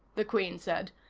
the queen said.